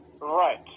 Right